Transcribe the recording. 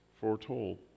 foretold